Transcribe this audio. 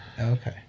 Okay